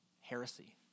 heresy